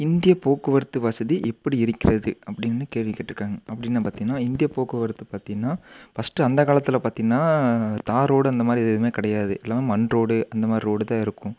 இந்தியப் போக்குவரத்து வசதி எப்படி இருக்கிறது அப்படின்னு கேள்வி கேட்டிருக்காங்க அப்படின்னா பார்த்தீங்கன்னா இந்தியப் போக்குவரத்து பார்த்தீங்கன்னா ஃபர்ஸ்ட்டு அந்த காலத்தில் பார்த்தீங்கன்னா தார் ரோடு அந்த மாதிரி இது எதுவுமே கிடையாது எல்லாமே மண் ரோடு அந்த மாதிரி ரோடு தான் இருக்கும்